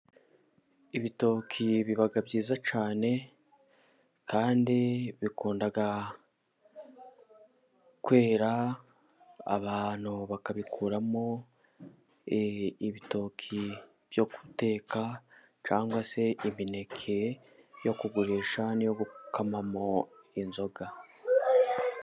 Ibitoki biba byiza cyane, kandi bikunda kwera, abantu bakabikuramo ibitoki byo guteka, cyangwa se imineke yo kugurisha, niyo gukamamo inzoga.